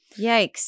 Yikes